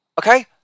okay